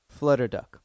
Flutterduck